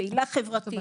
פעילה חברתית,